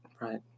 Right